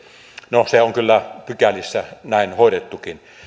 no se on kyllä pykälissä näin hoidettukin